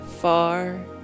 far